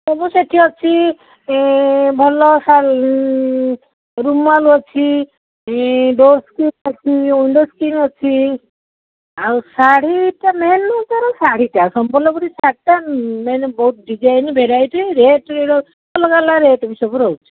ସବୁ ସେଇଠି ଅଛି ଭଲ ଶାଢ଼ୀ ରୁମାଲ୍ ଅଛି ଡୋର୍ ସ୍କ୍ରିନ୍ ଅଛି ୱିଣ୍ଡୋ ସ୍କ୍ରିନ୍ ଅଛି ଆଉ ଶାଢ଼ୀଟା ମେନ୍ ଉପରେ ଶାଢ଼ୀଟା ସମ୍ବଲପୁରୀ ଶାଢ଼ୀଟା ମେନ୍ ବହୁତ ଡିଜାଇନ୍ ଭେରାଇଟି ରେଟ୍ ଅଲଗା ଅଲଗା ରେଟ୍ ସବୁ ବି ରହୁଛି